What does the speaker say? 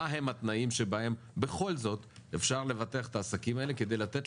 מה הם התנאים שבהם בכל זאת אפשר לבטח את העסקים האלה כדי לתת